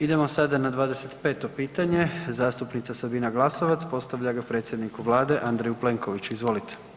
Idemo sada na 25. pitanje, zastupnica Sabina Glasovac postavlja ga predsjedniku Vlade A. Plenkoviću, izvolite.